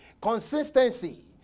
Consistency